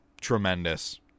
tremendous